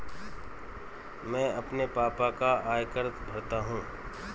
मैं अपने पापा का आयकर भरता हूं